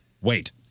Wait